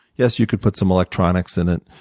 yes, you could put some electronics in it.